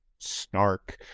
snark